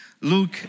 Luke